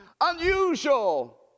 Unusual